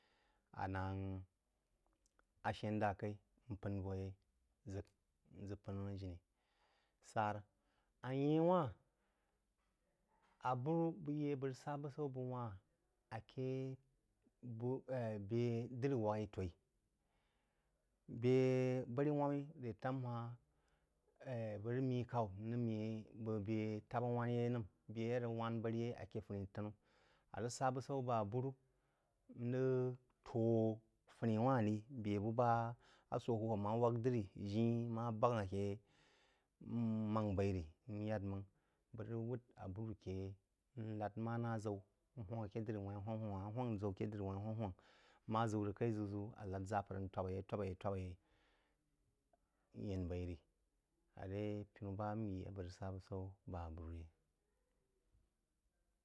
Aná siən ʒá kaí n p’ən vō yeí, ʒək n ʒək p’ən jini sará. A yēn-whá, aburú bəg yí a bəg rəg sá búsaú bəg-whá-n aké bu e. g err bé diri wak-í tō-í. Bé barī wam’-í ré tām ha-hn̄ e. g. err bəg rəg mí k’au n rəg mí ɓəg bé tabə wanə-yeí nəm-bé á rəg wān bāri yeí aké funí tanú. Á rəg sá búsaú bəg abúrú n rəg tō funí wáhn rí bé bú bá sō-hwūb amá wák drī ji-í má bágha aké yeí n mangh b’eí rí n yhéd máng bəg rəg wūd abūrū aké yéí n lād manā ʒáú n hwangk ake dri wān-h rí hwangk hwangk amma hwangk ʒəú ake drí wahn rí hwangak hwangk ma ʒəu rəg kaí ʒəu ʒəu, a lād yapər n̄ lōp-yeí tōp-yeí top-yei, yēn b’aí rí. Aré pínú bá bnyi a bəg rəg sá bu-saú bəg ābūrú rí.